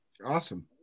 Awesome